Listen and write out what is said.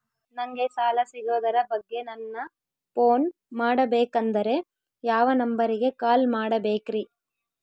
ನಂಗೆ ಸಾಲ ಸಿಗೋದರ ಬಗ್ಗೆ ನನ್ನ ಪೋನ್ ಮಾಡಬೇಕಂದರೆ ಯಾವ ನಂಬರಿಗೆ ಕಾಲ್ ಮಾಡಬೇಕ್ರಿ?